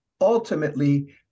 ultimately